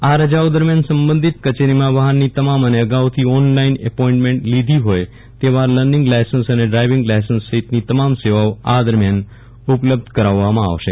આ રજાઓ દરમિયાન સંબંધિત કચેરીમાં વાહનની તમામ અને અગાઉથી ઓન લાઈન એપોઈનમેન્ટ લીધી હોય તેવા લર્નીંગ લાયસન્સ અને ડ્રાઈવીંગ લાયસન્સ સહિતની તમામ સેવાઓ આ દરમિયાન ઉપલબ્ધ કરાવવામાં આવશે